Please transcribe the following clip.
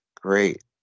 Great